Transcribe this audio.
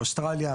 אוסטרליה,